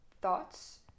thoughts